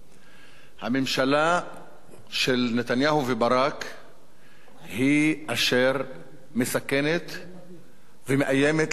הממשלה של נתניהו וברק היא אשר מסכנת ומאיימת לסכן עוד יותר,